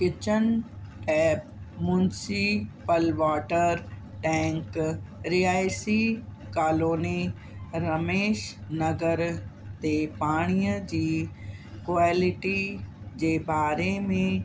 kitchen tap municipal water tank Reasi colony Ramesh Nagar ते पाणीअ जी क्वालिटी जे बारे में